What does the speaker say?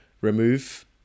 remove